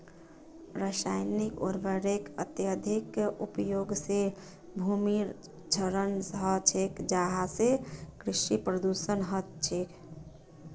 रासायनिक उर्वरकेर अत्यधिक उपयोग से भूमिर क्षरण ह छे जहासे कृषि प्रदूषण ह छे